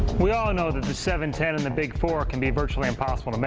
we all know that the seven, ten and the big four can be virtually impossible to make.